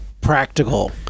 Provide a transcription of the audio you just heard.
practical